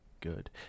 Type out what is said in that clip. good